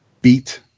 beat